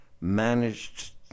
managed